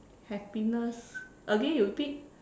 happiness again you repeat